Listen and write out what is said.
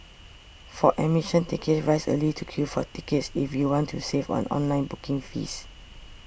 for admission tickets rise early to queue for tickets if you want to save on online booking fees